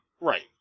Right